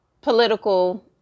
political